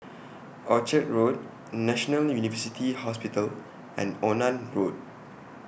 Orchard Road National University Hospital and Onan Road